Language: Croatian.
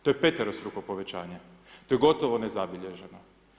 To je peterostruko povećanje, to je gotovo nezabilježeno.